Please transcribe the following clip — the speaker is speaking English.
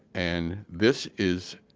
and this is